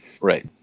Right